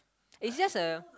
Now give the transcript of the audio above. it's just a